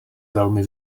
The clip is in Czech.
velmi